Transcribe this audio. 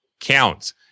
counts